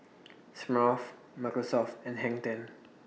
Smirnoff Microsoft and Hang ten